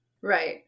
Right